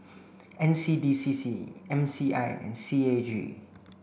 N C D C C M C I and C A G